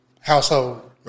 household